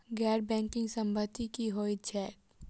गैर बैंकिंग संपति की होइत छैक?